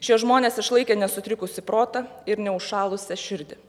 šie žmonės išlaikė nesutrikusį protą ir neužšalusią širdį